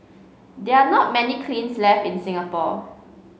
there are not many kilns left in Singapore